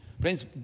Friends